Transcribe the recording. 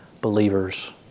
believers